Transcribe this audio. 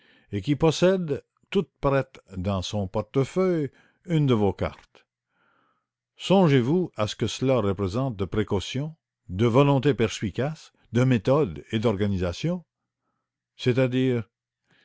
et qui possède toute prête dans son portefeuille une de vos cartes songez-vous à ce que cela représente de précaution de volonté perspicace de méthode et d'organisation c'est-à-dire